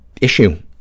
issue